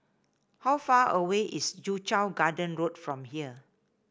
how far away is Soo Chow Garden Road from here